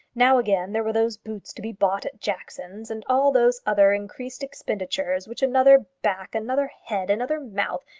now again there were those boots to be bought at jackson's, and all those other increased expenditures which another back, another head, another mouth,